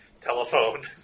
telephone